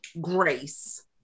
grace